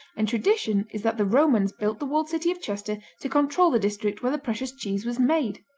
and tradition is that the romans built the walled city of chester to control the district where the precious cheese was made.